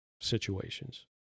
situations